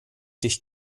dich